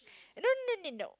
no no no no